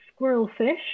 squirrelfish